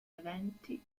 eventi